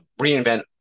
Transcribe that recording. reinvent